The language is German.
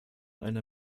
einer